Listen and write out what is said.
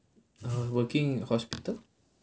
err working in hospital